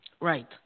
Right